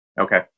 Okay